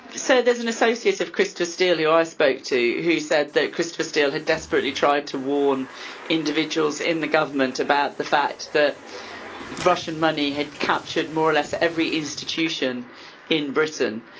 so there's an associate of christopher steele who i spoke to who said that christopher steele had desperately tried to warn individuals in the government about the fact that russian money had captured more or less every institution in britain,